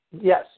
yes